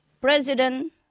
president